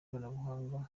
iyobokamana